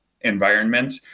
environment